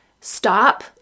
Stop